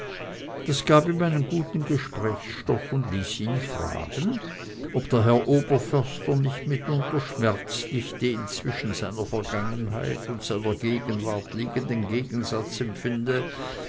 das gab ihm einen guten gesprächsstoff und ließ ihn fragen ob der herr oberförster nicht mitunter schmerzlich den zwischen seiner vergangenheit und seiner gegenwart liegenden gegensatz empfinde